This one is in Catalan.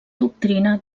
doctrina